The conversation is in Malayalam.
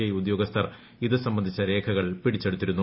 ഐ ഉദ്യോഗസ്ഥർ ഇതു സംബന്ധിച്ച രേഖകൾ പിടിച്ചെടുത്തിരുന്നു